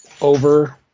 Over